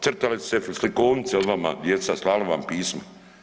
Crtale su se slikovnice o vama, djeca slali vam pisma.